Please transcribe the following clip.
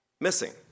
missing